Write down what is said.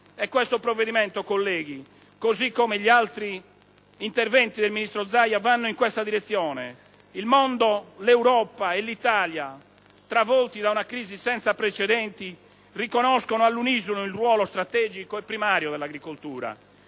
E questo provvedimento, colleghi, così come gli altri interventi del ministro Zaia, va in questa direzione. Il mondo, l'Europa e l'Italia, travolti da una crisi senza precedenti, riconoscono all'unisono il ruolo strategico e primario dell'agricoltura.